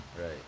Right